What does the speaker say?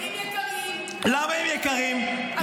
המחירים יקרים --- למה הם יקרים?